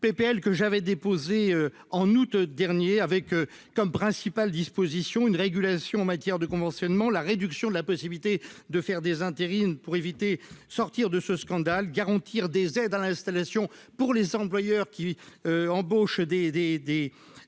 PPL que j'avais déposé en août dernier, avec comme principale disposition une régulation en matière de conventionnement, la réduction de la possibilité de faire des intérims pour éviter, sortir de ce scandale, garantir des aides à l'installation pour les employeurs qui embauchent des, des,